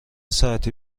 ساعتی